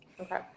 Okay